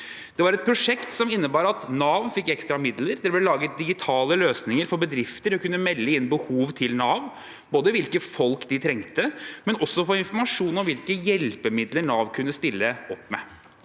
Det var et prosjekt som innebar at Nav fikk ekstra midler. Det ble laget digitale løsninger for at bedrifter kunne melde inn behov til Nav, både om hvilke folk de trengte, og for å få informasjon om hvilke hjelpemidler Nav kunne stille opp med.